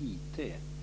IT